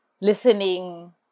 listening